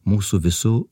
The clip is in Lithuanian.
mūsų visų